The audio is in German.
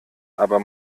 aber